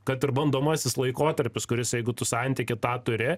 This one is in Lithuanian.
kad ir bandomasis laikotarpis kuris jeigu tu santykį tą turi